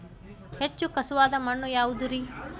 ಹೆಚ್ಚು ಖಸುವಾದ ಮಣ್ಣು ಯಾವುದು ರಿ?